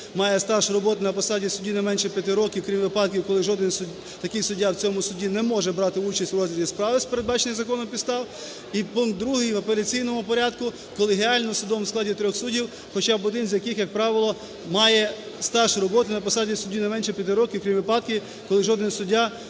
має стаж роботи на посаді не менше 5 років, крім випадків, коли жодний такий суддя у цьому суді не може брати участь у розгляді справи з передбачених законом підстав". І пункт другий: в апеляційному порядку – колегіально судом у складі трьох суддів хоча б один з яких, як правило, має стаж роботи на посаді судді не менше 5 років, крім випадків, коли жоден суддя